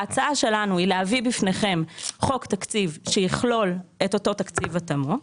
ההצעה שלנו היא להביא בפניכם חוק תקציב שיכלול את אותו תקציב התאמות,